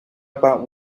about